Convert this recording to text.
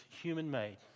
human-made